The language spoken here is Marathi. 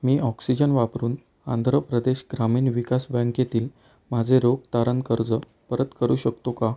मी ऑक्सिजन वापरून आंध्र प्रदेश ग्रामीण विकास बँकेतील माझे रोख तारण कर्ज परत करू शकतो का